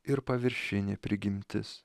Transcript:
ir paviršinė prigimtis